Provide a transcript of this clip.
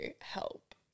Help